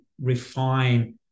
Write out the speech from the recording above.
refine